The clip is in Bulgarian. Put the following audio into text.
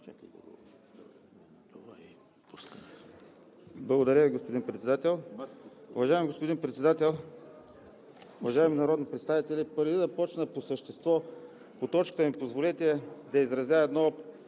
Благодаря Ви, господин Председател. Уважаеми господин Председател, уважаеми народни представители! Преди да започна по същество по точката, позволете ми да изразя